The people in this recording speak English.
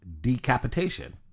decapitation